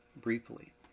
briefly